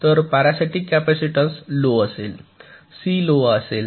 तर parasitic capacitance low असेल C low असेल